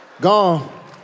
Gone